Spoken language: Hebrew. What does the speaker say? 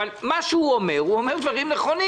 מה שהוא אומר, הוא אומר דברים נכונים.